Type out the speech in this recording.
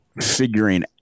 figuring